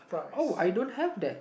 oh I don't have that